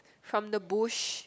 from the bush